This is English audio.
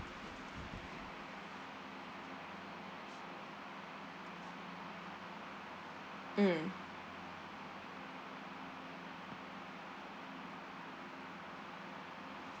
mm